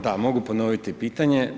Da, mogu ponoviti pitanje.